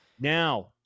now